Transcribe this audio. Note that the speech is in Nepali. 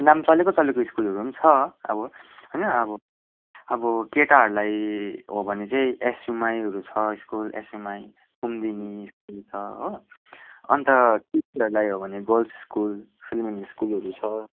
नाम चलेको चलेको स्कुलहरू पनि छ अब होइन अब केटाहरूलाई हो भने चाहिँ एसयुएमआईहरू छ एसयुएमआई कुमदिनी स्कुल छ हो अन्त केटीहरूलाई हो भने गर्ल्स् स्कुल फिलोमना स्कुलहरू छ